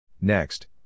Next